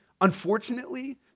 unfortunately